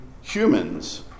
humans